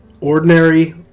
ordinary